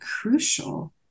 crucial